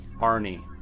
Arnie